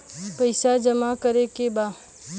पैसा जमा करे के बा?